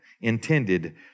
intended